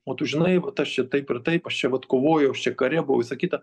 o tu žinai vat aš čia taip ir taip aš čia vat kovoju aš čia kare buvau visa kita